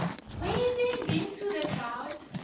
wading into the crowd,